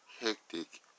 hectic